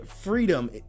freedom